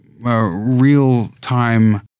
real-time